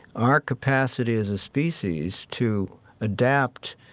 our capacity as a species to adapt,